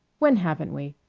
when haven't we?